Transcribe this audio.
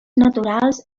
naturals